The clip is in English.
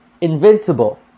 Invincible